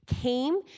came